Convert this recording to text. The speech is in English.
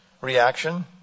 reaction